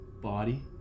body